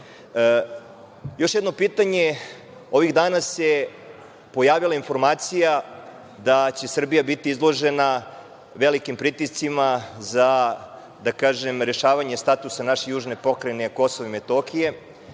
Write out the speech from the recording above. jedno pitanje. Ovih dana se pojavila informacija da će Srbija biti izložena velikim pritiscima za, da kažem, rešavanje statusa naše južne Pokrajine Kosovo i Metohija.